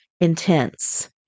intense